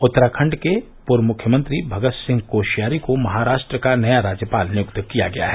उत्तराखंड के पूर्व मुख्यमंत्री भगतसिंह कोश्यारी को महाराष्ट्र का नया राज्यपाल नियुक्त किया गया है